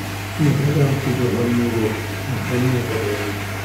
Mi heban kuje helnyugo, mi helnya fedeli am.